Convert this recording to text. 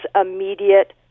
immediate